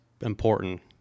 important